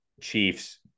Chiefs